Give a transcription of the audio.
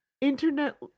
Internet